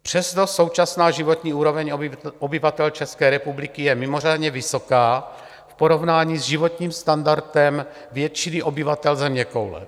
Přesto současná životní úroveň obyvatel České republiky je mimořádně vysoká v porovnání s životním standardem většiny obyvatel zeměkoule.